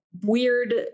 weird